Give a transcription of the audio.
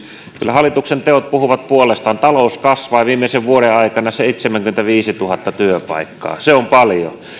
kyllä hallituksen teot puhuvat puolestaan talous kasvaa ja viimeisen vuoden aikana seitsemänkymmentäviisituhatta työpaikkaa se on paljon